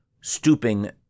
Stooping